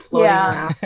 yeah.